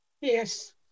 Yes